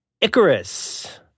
Icarus